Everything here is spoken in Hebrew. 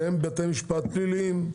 שהם בתי משפט פליליים.